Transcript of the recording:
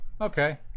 okay